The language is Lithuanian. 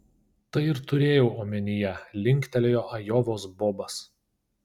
tai ir turėjau omenyje linktelėjo ajovos bobas